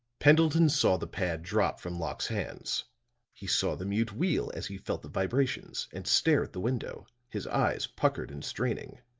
pendleton saw the pad drop from locke's hands he saw the mute wheel as he felt the vibrations and stare at the window, his eyes puckered and straining.